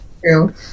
True